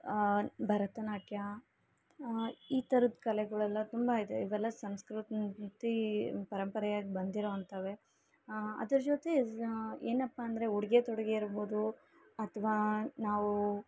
ಭರತನಾಟ್ಯ ಈ ಥರದ ಕಲೆಗಳೆಲ್ಲ ತುಂಬಾ ಇದೆ ಇವೆಲ್ಲ ಸಂಸ್ಕೃ ತಿ ಪರಂಪರೆಯಾಗಿ ಬಂದಿರೊ ಅಂಥವೇ ಅದ್ರೆ ಜೊತೆ ಏನಪ್ಪ ಅಂದರೆ ಉಡುಗೆ ತೊಡುಗೆ ಇರಬೋದು ಅಥ್ವಾ ನಾವು